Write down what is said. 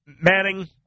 Manning